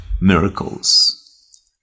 miracles